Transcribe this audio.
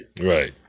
Right